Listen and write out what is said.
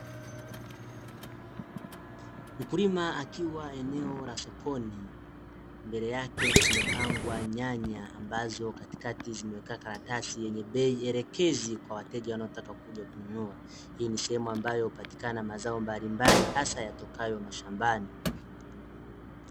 Mkulima akiwa eneo la sokoni. Mbele yake kumepagwa nyanya ambazo katikati zimewekwa karatasi yenye bei elekezi kwa wateja wanaotaka kununua. Hii ni sehemu yanayopatikana mazao mbalimbali hasa yatokayo mashambani.